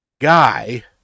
guy